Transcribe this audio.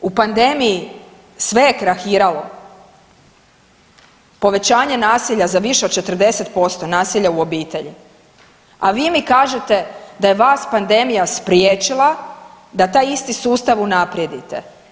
U pandemiji sve je krahiralo, povećanje nasilja za više od 40%, nasilja u obitelji, a vi mi kažete da je vas pandemija spriječila da taj isti sustav unaprijedite.